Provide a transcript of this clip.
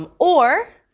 um or